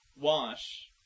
Wash